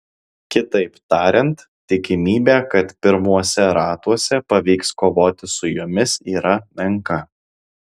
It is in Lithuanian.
kitaip tariant tikimybė kad pirmuose ratuose pavyks kovoti su jomis yra menka